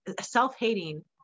self-hating